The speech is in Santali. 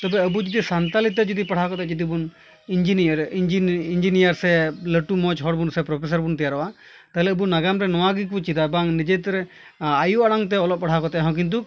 ᱛᱚᱵᱮ ᱟᱵᱚ ᱡᱚᱫᱤ ᱥᱟᱱᱛᱟᱞᱤᱛᱮ ᱡᱚᱫᱤ ᱯᱟᱲᱦᱟᱣ ᱠᱟᱛᱮᱫ ᱡᱚᱫᱤᱵᱚᱱ ᱤᱧᱡᱤᱱᱤᱭᱟᱨ ᱤᱧᱡᱤᱱᱤᱭᱟᱨ ᱥᱮ ᱞᱟᱹᱴᱩ ᱢᱚᱡᱽ ᱦᱚᱲᱵᱚᱱ ᱥᱮ ᱯᱨᱚᱯᱷᱮᱥᱚᱨᱵᱚᱱ ᱛᱮᱭᱟᱨᱚᱜᱼᱟ ᱛᱟᱦᱚᱞᱮ ᱟᱵᱚ ᱱᱟᱜᱟᱢᱨᱮ ᱱᱚᱣᱟ ᱜᱮᱠᱚ ᱪᱮᱫᱟ ᱵᱟᱝ ᱱᱤᱡᱮᱛᱮᱨᱮ ᱟᱭᱳ ᱟᱲᱟᱝᱛᱮ ᱚᱞᱚᱜ ᱯᱟᱲᱦᱟᱣ ᱠᱟᱛᱮᱫ ᱦᱚᱸ ᱠᱤᱱᱛᱩ